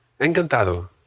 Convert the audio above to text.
Encantado